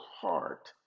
heart